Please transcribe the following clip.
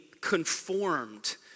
conformed